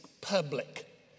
public